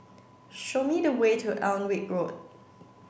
show me the way to Alnwick Road